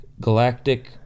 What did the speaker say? Galactic